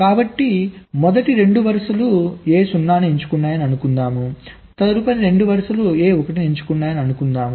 కాబట్టి మొదటి 2 వరుసలు A0 ను ఎంచుకుంటాయని అనుకుందాం తదుపరి 2 అడ్డు వరుసలు A1 నీ ఎంచుకుంటాయని అనుకుందాం